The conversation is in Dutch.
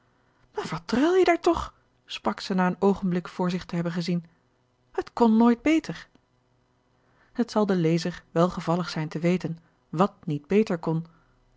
druil je daar toch sprak zij na een oogenblik voor zich te hebben gezien het kon nooit beter het zal den lezer welgevallig zijn te weten wat niet beter kon